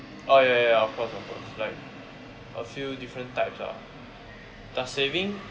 oh ya ya ya ya of course of course like a few different types lah does saving